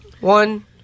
one